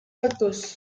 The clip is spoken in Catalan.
factors